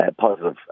positive